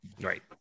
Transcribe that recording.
Right